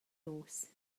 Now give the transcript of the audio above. nos